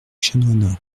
chanoine